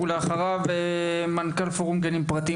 ולאחריו מנכ"ל פורום הגנים הפרטיים,